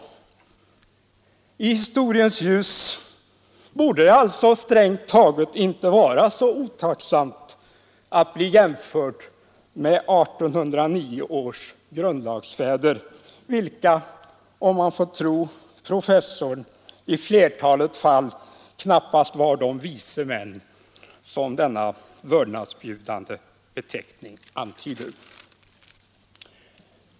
I historiens ljus borde det strängt taget inte vara så otacksamt att bli jämförd med 1809 års grundlagsfäder, vilka — om man får tro professorn i flertalet fall knappast var de vise män som den vördnadsbjudande beteckningen antyder.